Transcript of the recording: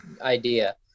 idea